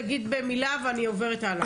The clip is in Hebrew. אוקיי, תגיד במילה ואני עוברת הלאה.